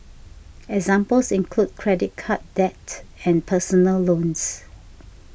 examples include credit card debt and personal loans